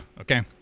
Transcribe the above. okay